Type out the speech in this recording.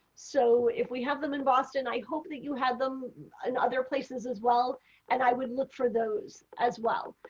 so if we have them in boston i hope that you have them in other places as well and i would look for those as well.